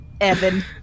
Evan